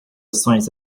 ações